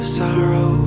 sorrow